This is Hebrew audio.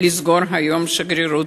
אסור היום לסגור את השגרירות.